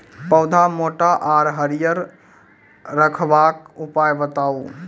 पौधा मोट आर हरियर रखबाक उपाय बताऊ?